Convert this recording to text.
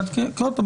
חיסיון,